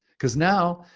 cause now,